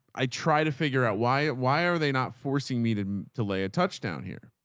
i try to figure out why, why are they not forcing me to to lay a touchdown here?